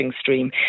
stream